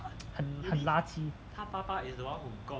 很很垃圾